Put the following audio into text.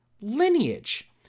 lineage